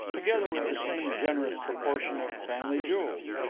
together with the same generous proportion of family jewels.